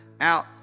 out